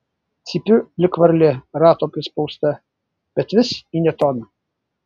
cypiu lyg varlė rato prispausta bet vis į ne toną